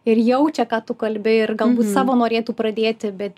ir jaučia ką tu kalbi ir galbūt savo norėtų pradėti bet